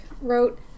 wrote